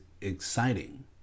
exciting